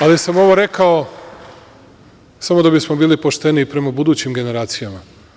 Ali, ovo sam rekao samo da bismo bili pošteni i prema budućim generacijama.